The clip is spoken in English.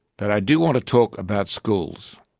but i do want to talk about schools.